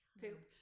poop